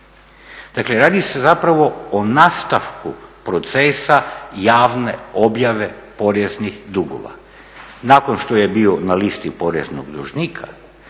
Dakle, radi se zapravo o nastavku procesa javne objave poreznih dugova. Nakon što je bio na listi poreznog dužnika